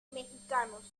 mexicanos